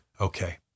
Okay